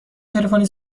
تلفنی